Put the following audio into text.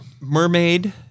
Mermaid